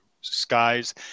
skies